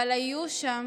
אבל היו שם